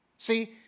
See